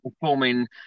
performing